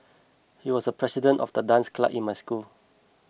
he was the president of the dance club in my school